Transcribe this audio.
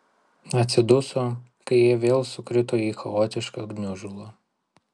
atsiduso kai jie vėl sukrito į chaotišką gniužulą